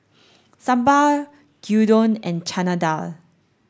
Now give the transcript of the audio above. Sambar Gyudon and Chana Dal